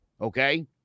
Okay